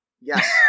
Yes